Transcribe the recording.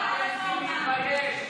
עאידה תומא סלימאן,